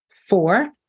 Four